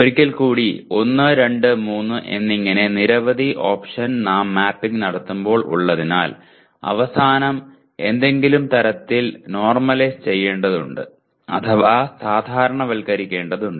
ഒരിക്കൽ കൂടി 1 2 3 എന്നിങ്ങനെ നിരവധി ഓപ്ഷൻ നാം മാപ്പിംഗ് നടത്തുമ്പോൾ ഉള്ളതിനാൽ അവസാനം എന്തെങ്കിലും തരത്തിൽ നോർമലൈസ് ചെയ്യേണ്ടതുണ്ട് അഥവാ സാധാരണവൽക്കരിക്കേണ്ടതുണ്ട്